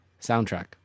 Soundtrack